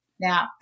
Now